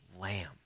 lamb